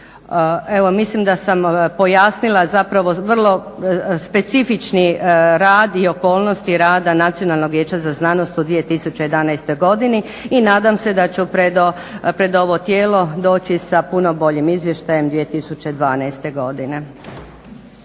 Evo, mislim da sam pojasnila, zapravo vrlo specifični rad i okolnosti rada Nacionalnog vijeća za znanost u 2011. godini i nadam se da ću pred ovo tijelo doći sa puno boljim izvještajem 2012. godine.